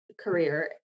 career